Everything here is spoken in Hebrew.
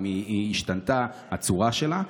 אם השתנתה הצורה שלה.